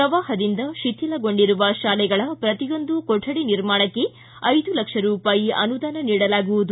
ಪ್ರವಾಹದಿಂದ ಶಿಥಿಲಗೊಂಡಿರುವ ಶಾಲೆಗಳ ಪ್ರತಿಯೊಂದು ಕೊಠಡಿ ನಿರ್ಮಾಣಕ್ಕೆ ಐದು ಲಕ್ಷ ರೂಪಾಯಿ ಅನುದಾನ ನೀಡಲಾಗುವುದು